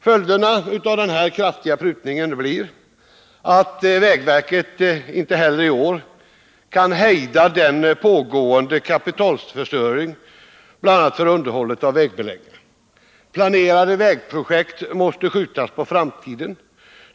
Följderna av den här kraftiga prutningen blir att vägverket inte heller i år kan hejda den pågående kapitalförstöringen bl.a. för underhållet av vägbeläggning. Planerade vägprojekt måste skjutas på framtiden.